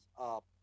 up